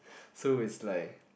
so is like